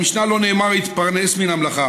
במשנה לא נאמר: "התפרנס מן המלאכה"